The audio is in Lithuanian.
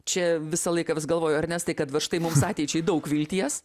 čia visą laiką vis galvoju ernestai kad va štai mums ateičiai daug vilties